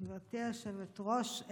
גברתי היושבת-ראש,